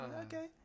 Okay